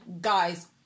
guys